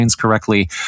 Correctly